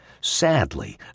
Sadly